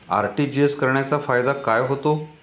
RTGS करण्याचा फायदा काय होतो?